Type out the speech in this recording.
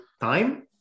time